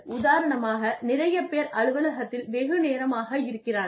உதாரணமாக நிறையப் பேர் அலுவலகத்தில் வெகு நேரமாக இருக்கிறார்கள்